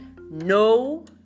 no